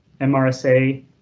MRSA